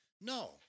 No